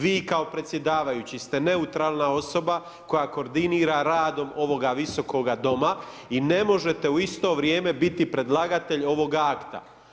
Vi kao predsjedavajući ste neutralna osoba koja koordinira radom ovoga visokoga doma i ne možete u isto vrijeme biti predlagatelj ovoga akta.